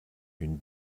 une